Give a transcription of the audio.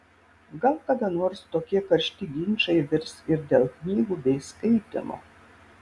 gal kada nors tokie karšti ginčai virs ir dėl knygų bei skaitymo